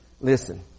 Listen